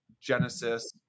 Genesis